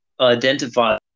identify